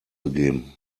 begeben